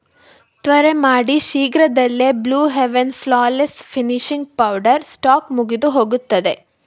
ತ್ವರೆ ಮಾಡಿ ಶೀಘ್ರದಲ್ಲೇ Blue Heaven flawless finishing powder stock ಮುಗಿದುಹೋಗುತ್ತದೆ